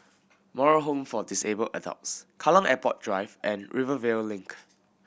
Moral Home for Disabled Adults Kallang Airport Drive and Rivervale Link